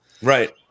Right